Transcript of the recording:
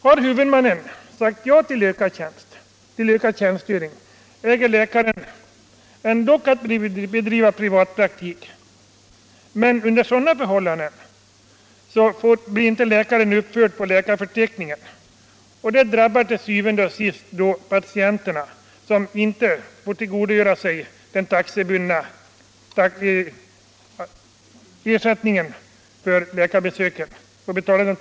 Har huvudmannen sagt ja till ökad tjänstgöring äger läkaren ändock att bedriva privatpraktik men blir då inte uppförd på läkarförteckningen. Det drabbar til syvende og sidst patienterna, som inte kan tillgodogöra sig ersättningen för läkarbesöket.